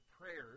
prayers